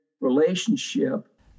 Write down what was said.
relationship